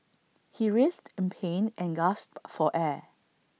he writhed in pain and gasped for air